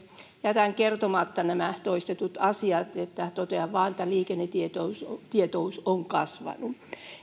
jätän kertomatta nämä toistetut asiat totean vain että liikennetietous on kasvanut